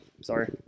Sorry